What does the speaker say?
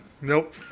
Nope